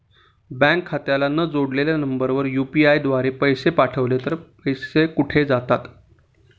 Bank खात्याला न जोडलेल्या नंबरवर यु.पी.आय द्वारे पैसे पाठवले तर ते पैसे कुठे जातात?